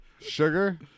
sugar